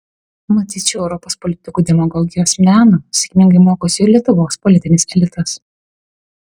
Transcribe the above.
matyt šio europos politikų demagogijos meno sėkmingai mokosi ir lietuvos politinis elitas